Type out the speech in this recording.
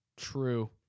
True